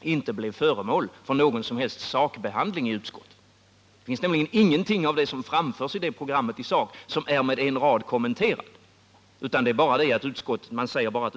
inte blev föremål för någon som helst sakbehandling i utskottet? Ingenting av det som framförs i detta program i sak är med en enda rad kommenterat i utskottets betänkande.